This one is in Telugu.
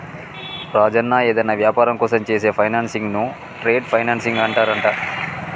రాజన్న ఏదైనా వ్యాపారం కోసం చేసే ఫైనాన్సింగ్ ను ట్రేడ్ ఫైనాన్సింగ్ అంటారంట